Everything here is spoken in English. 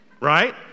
right